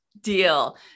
deal